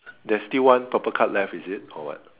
there's still one purple card left is it or what